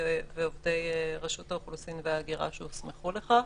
ועובדי רשות האוכלוסין וההגירה שהוסמכו לכך.